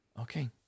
Okay